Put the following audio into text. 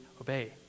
obey